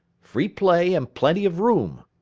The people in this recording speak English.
free play and plenty of room.